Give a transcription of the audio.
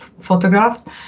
photographs